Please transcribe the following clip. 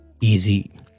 easy